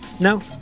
No